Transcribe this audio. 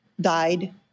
died